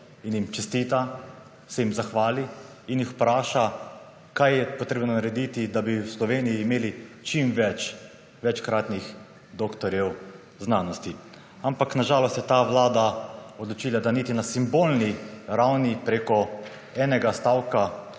in jim čestita, se jim zahvali in jih vpraša, kaj je potrebno narediti, da bi v Sloveniji imeli čim več večkratnih doktorjev znanosti. Ampak na žalost se je ta vlada odločila, da niti na simbolni ravni preko enega stavka